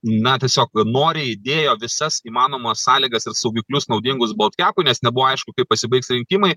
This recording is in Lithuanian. na tiesiog noriai dėjo visas įmanomas sąlygas ir saugiklius naudingus boltkiapui nes nebuvo aišku kaip pasibaigs rinkimai